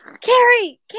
Carrie